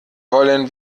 wollen